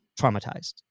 traumatized